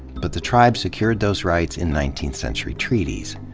but the tribe secured those rights in nineteenth century treaties.